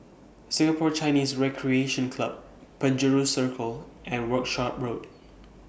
Singapore Chinese Recreation Club Penjuru Circle and Workshop Road